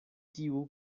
tiu